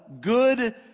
good